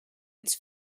its